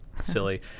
silly